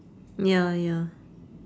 ya ya